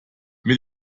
mit